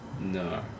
no